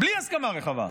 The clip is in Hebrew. בלי הסכמה רחבה.